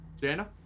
Jana